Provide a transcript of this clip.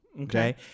Okay